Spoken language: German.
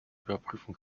überprüfen